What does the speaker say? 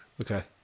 Okay